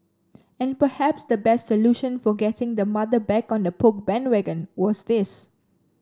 and perhaps the best solution for getting the mother back on the Poke bandwagon was this